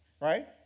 Right